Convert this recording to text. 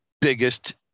biggest